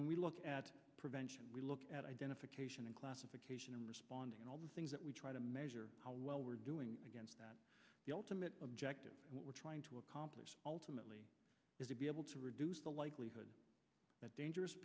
when we look at prevention we look at identification and classification and responding in all the things that we try to measure how well we're doing against that the ultimate objective what we're trying to accomplish ultimately is to be able to reduce the likelihood that dangerous